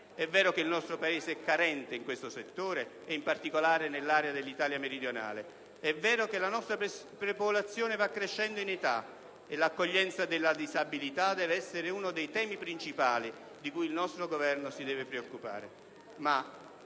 È vero che il nostro Paese è carente in questo settore, in particolare nell'Italia meridionale. È vero che la nostra popolazione va crescendo in età e l'accoglienza della disabilità deve essere uno dei temi principali di cui il nostro Governo si deve preoccupare.